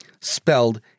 spelled